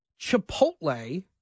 Chipotle